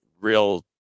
real